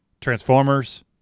Transformers